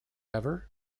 ever